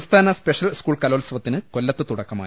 സംസ്ഥാന special school കലോത്സവത്തിന് കൊല്ലത്ത് തുടക്കമായി